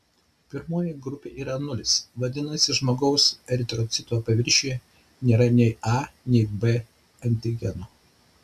pirmoji grupė yra nulis vadinasi žmogaus eritrocito paviršiuje nėra nei a nei b antigeno